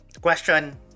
question